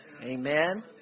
amen